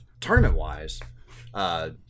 tournament-wise